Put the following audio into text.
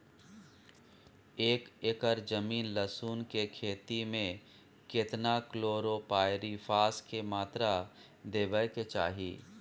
एक एकर जमीन लहसुन के खेती मे केतना कलोरोपाईरिफास के मात्रा देबै के चाही?